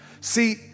See